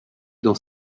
dans